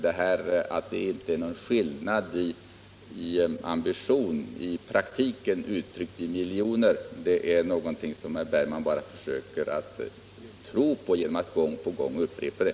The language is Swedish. Att det inte skulle vara någon skillnad i ambition i praktiken, uttryckt i miljoner, är någonting som herr Bergman bara försöker tro på genom att gång på gång upprepa det.